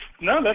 No